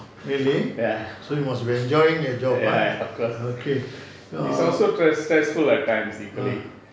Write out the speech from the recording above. ya ya ya of course it's also stressful at times equally